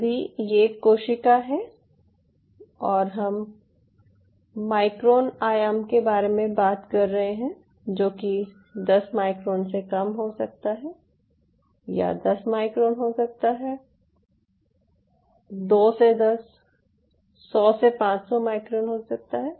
यदि यह एक कोशिका है और हम माइक्रोन आयाम के बारे में बात कर रहे है जो कि 10 माइक्रोन से कम हो सकता है या 10 माइक्रोन हो सकता है 2 माइक्रोन से 10 100 से 500 माइक्रोन हो सकता है